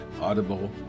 Audible